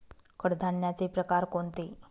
कडधान्याचे प्रकार कोणते?